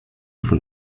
von